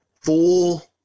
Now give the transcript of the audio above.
full